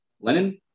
Lenin